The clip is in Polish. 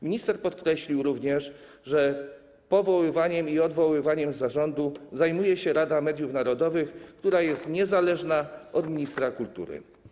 Minister podkreślił również, że powoływaniem i odwoływaniem zarządu zajmuje się Rada Mediów Narodowych, która jest niezależna od ministra kultury.